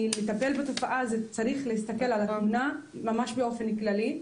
כי לטפל בתופעה צריך להסתכל על התמונה ממש באופן כללי.